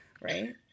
Right